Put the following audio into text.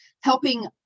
helping